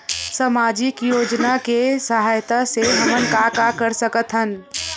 सामजिक योजना के सहायता से हमन का का कर सकत हन?